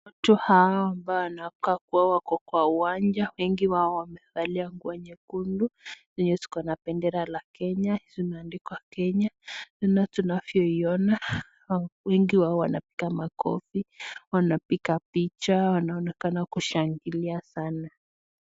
Watu hawa ambao wanakaa kuwa wako kwa uwanja. Wengi wao wamevalia nguo nyekundu yenye ziko na bendera la Kenya zimeandikwa Kenya. Tena tunavyoiona wengi wao wanapiga makofi, wanapiga picha, wanaonekana kushangilia sana.